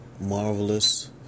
Marvelous